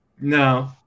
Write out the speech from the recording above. No